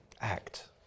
act